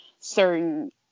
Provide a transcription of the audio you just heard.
certain